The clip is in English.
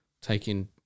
taking